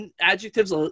adjectives